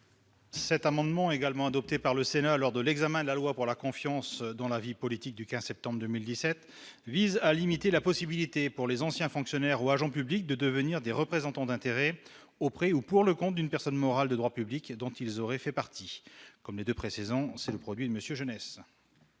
Cet amendement également adopté par le Sénat lors de l'examen de la loi pour la confiance dans la vie politique du 15 septembre 2017 vise à limiter la possibilité pour les anciens fonctionnaires ou agents publics de devenir des représentants d'intérêts au préau ou pour le compte d'une personne morale de droit public et dont ils auraient fait partie, comme les 2 précédents, c'est le produit monsieur jeunesse.